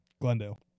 Glendale